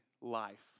life